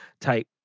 type